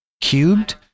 cubed